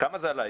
כמה זה עלה?